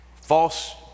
False